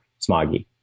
smoggy